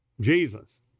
Jesus